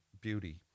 beauty